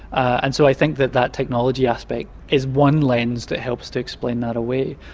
and so i think that that technology aspect is one lens that helps to explain that away.